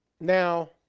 Now